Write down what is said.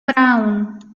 brown